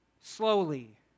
slowly